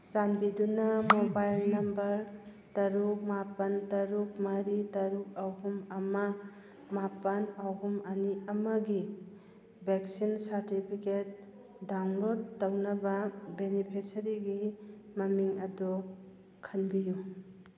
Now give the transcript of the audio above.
ꯆꯥꯟꯕꯤꯗꯨꯅ mobile number ꯇꯔꯨꯛ ꯃꯥꯄꯜ ꯇꯔꯨꯛ ꯃꯔꯤ ꯇꯔꯨꯛ ꯑꯍꯨꯝ ꯑꯃ ꯃꯥꯄꯜ ꯑꯍꯨꯝ ꯑꯅꯤ ꯑꯃꯒꯤ ꯚꯦꯛꯁꯤꯟ ꯁꯥꯔꯇꯤꯐꯤꯀꯦꯠ ꯗꯥꯎꯟꯂꯣꯠ ꯇꯧꯅꯕ ꯕꯦꯅꯤꯐꯦꯁꯔꯤꯒꯤ ꯃꯃꯤꯡ ꯑꯗꯣ ꯈꯟꯕꯤꯌꯨ